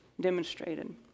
demonstrated